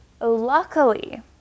Luckily